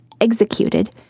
executed